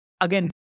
again